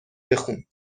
بخون